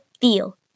feel